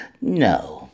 No